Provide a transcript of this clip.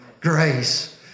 grace